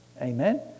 Amen